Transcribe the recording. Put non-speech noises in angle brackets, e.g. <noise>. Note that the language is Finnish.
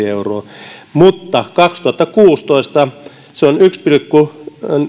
<unintelligible> euroa kaksituhattaviisitoista mutta kaksituhattakuusitoista se on yksi pilkku